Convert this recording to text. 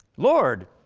lord,